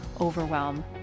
overwhelm